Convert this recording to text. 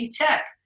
Tech